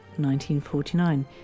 1949